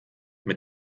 mit